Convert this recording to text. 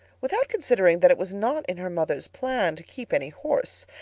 without considering that it was not in her mother's plan to keep any horse,